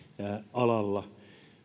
alalla